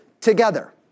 together